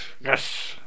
Yes